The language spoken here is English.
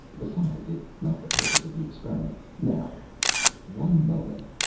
besides, it's not the purpose of the experiment. now one moment.